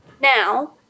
Now